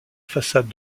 façade